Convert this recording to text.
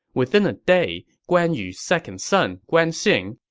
within a day, guan yu's second son, guan xing,